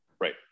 Right